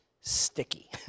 sticky